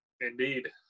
Indeed